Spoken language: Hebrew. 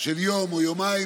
של יום או יומיים,